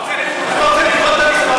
אתה רוצה לבחון את המספרים?